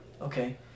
Okay